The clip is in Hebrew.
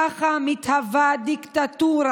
ככה מתהווה דיקטטורה.